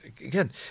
again